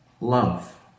Love